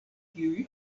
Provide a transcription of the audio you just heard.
kiuj